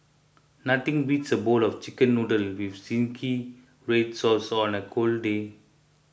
nothing beats a bowl of Chicken Noodles with Zingy Red Sauce on a cold day